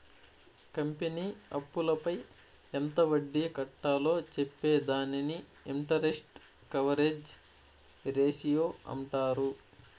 company అప్పులపై ఎంత వడ్డీ కట్టాలో చెప్పే దానిని ఇంటరెస్ట్ కవరేజ్ రేషియో అంటారు